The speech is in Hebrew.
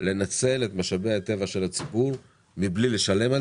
לנצל את משאבי הטבע של הציבור מבלי לשלם על